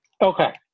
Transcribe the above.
okay